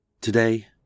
Today